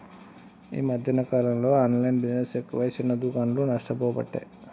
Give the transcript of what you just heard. ఈ మధ్యన కాలంలో ఆన్లైన్ బిజినెస్ ఎక్కువై చిన్న దుకాండ్లు నష్టపోబట్టే